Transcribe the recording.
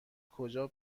کجا